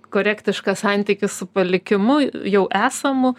korektišką santykį su palikimu jau esamu